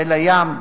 חיל הים,